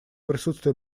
присутствие